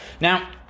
Now